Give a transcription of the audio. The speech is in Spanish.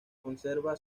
conserva